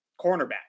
cornerback